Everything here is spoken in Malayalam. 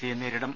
സിയെ നേരിടും